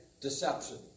deception